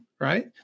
right